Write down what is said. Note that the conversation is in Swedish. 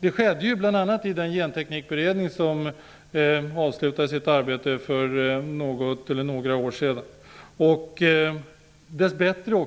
Det skedde bl.a. i den genteknikberedning som avslutade sitt arbete för något eller några år sedan. Dessbättre